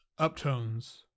uptones